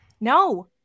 No